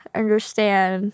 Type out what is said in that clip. understand